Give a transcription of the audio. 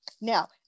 now